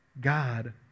God